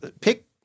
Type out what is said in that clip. pick